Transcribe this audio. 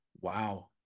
wow